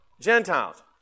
Gentiles